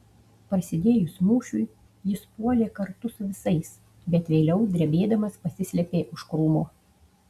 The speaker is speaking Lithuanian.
prasidėjus mūšiui jis puolė kartu su visais bet vėliau drebėdamas pasislėpė už krūmo